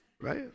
right